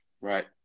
Right